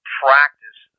practice